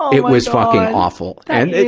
it was fucking awful. and it,